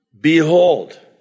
Behold